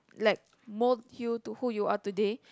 like mold you to who you are today